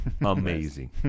Amazing